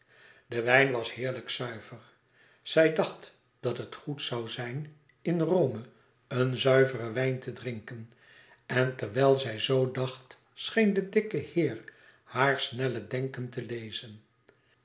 de wijn was heerlijk zuiver zij dacht dat het goed zoû zijn in rome een zuiveren wijn te drinken en terwijl zij zoo dacht scheen de dikke heer haar snelle denken te lezen